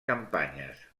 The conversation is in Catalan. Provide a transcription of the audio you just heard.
campanyes